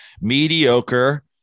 mediocre